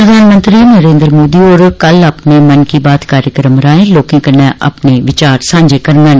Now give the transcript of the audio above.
प्रधानमंत्री नरेन्द्र मोदी होर कल अपने 'मन की बात' कार्यक्रम राहें लोकें कन्नै अपने विचार सांझे करगंन